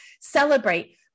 celebrate